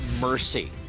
mercy